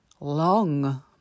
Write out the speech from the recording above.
long